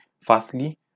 firstly